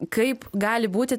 kaip gali būti